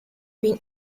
been